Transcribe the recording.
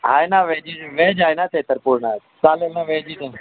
आहे ना veggies veg आहे ना ते तर पूर्ण चालेल ना व्हेजीचं